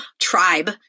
tribe